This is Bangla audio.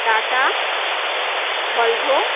tata Volvo